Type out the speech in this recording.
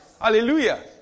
Hallelujah